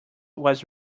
was